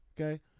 Okay